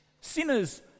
Sinners